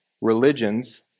religions